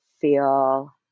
feel